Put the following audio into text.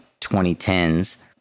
2010s